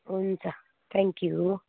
हुन्छ thank you